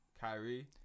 Kyrie